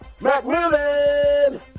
McMillan